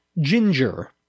ginger